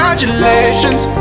Congratulations